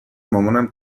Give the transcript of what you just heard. مامانم